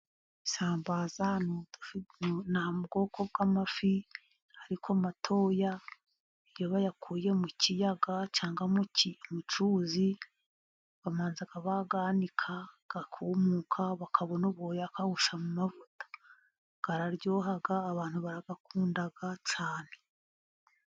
Isambaza ni mu bwoko bw'amafi, ariko matoya iyo bayakuye mu kiyaga cyangwa mu cyuzi bamanza bayanika akumuka bakabona bakayakawusha mu mavuta, araryoha abantu barayakunda cyane.